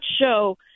show